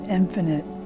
infinite